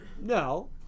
no